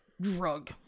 drug